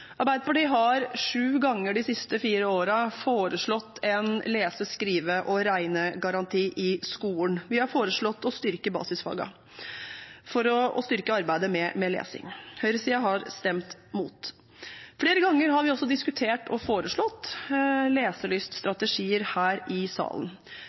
Arbeiderpartiet har sju ganger de siste fire årene foreslått en lese-, skrive- og regnegaranti i skolen. Vi har foreslått å styrke basisfagene for å styrke arbeidet med lesing. Høyresiden har stemt mot. Flere ganger har vi også diskutert og foreslått leselyststrategier her i salen.